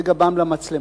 בגבם למצלמה.